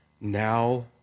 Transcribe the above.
now